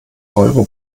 euro